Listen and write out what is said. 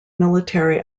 military